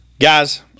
Guys